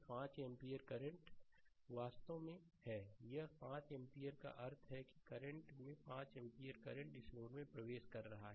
5 ampere current वास्तव में है यह 5 एम्पीयर का अर्थ है कि करंट में 5 एम्पीयर करंट इस नोड में प्रवेश कर रहा है